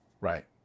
Right